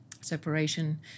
separation